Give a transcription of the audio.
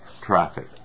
traffic